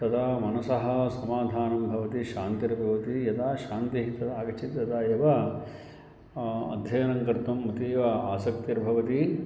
तदा मनसः समाधानं भवति शान्तिर्भवति यदा शान्तिः तदा आगच्छति तदा एव अध्ययनं कर्तुम् अतीव आसक्तिर्भवति